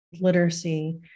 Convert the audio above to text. literacy